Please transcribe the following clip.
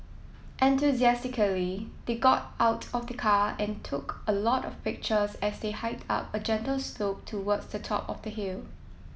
enthusiastically they got out of the car and took a lot of pictures as they hiked up a gentle slope towards the top of the hill